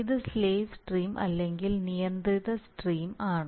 ഇത് slave stream അല്ലെങ്കിൽ നിയന്ത്രിത സ്ട്രീം ആണ്